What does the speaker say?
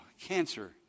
cancer